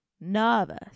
Nervous